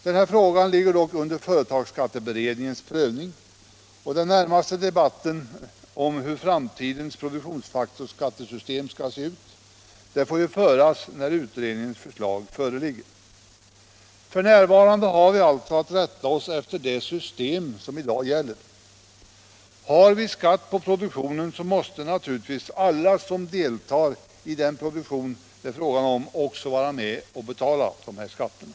Den här frågan ligger dock under företagsskatteberedningens prövning, och den närmaste debatten om hur framtidens produktionsfaktorsskattesystem skall se ut får föras när utredningens förslag föreligger. F.n. har vi alltså att rätta oss efter det system som i dag gäller. Har vi skatt på produktionen måste naturligtvis alla som deltar i den produktion det är fråga om också vara med och betala skatterna.